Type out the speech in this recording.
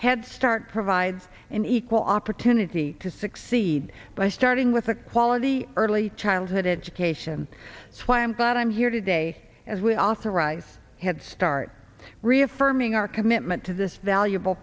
head start provides an equal opportunity to succeed by starting with a quality early childhood education it's why i'm glad i'm here today as we authorize head start reaffirming our commitment to this valuable